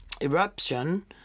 eruption